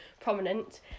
prominent